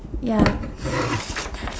ya